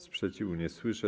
Sprzeciwu nie słyszę.